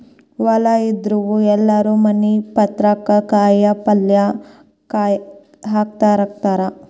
ಹೊಲಾ ಇದ್ದಾವ್ರು ಎಲ್ಲಾರೂ ಮನಿ ಪುರ್ತೇಕ ಕಾಯಪಲ್ಯ ಹಾಕೇಹಾಕತಾರ